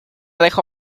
dejo